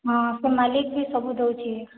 ହଁ ସେ ମାଲିକ୍ ବି ସବୁ ଦେଉଛି